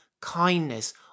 kindness